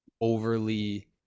overly